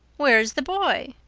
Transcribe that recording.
where is the boy?